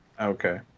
Okay